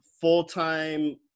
full-time